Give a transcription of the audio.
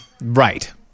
Right